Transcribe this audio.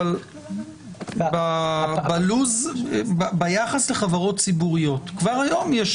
אבל ביחס לחברות ציבוריות כבר היום יש